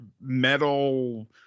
metal